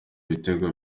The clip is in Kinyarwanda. ibitego